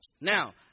Now